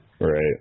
Right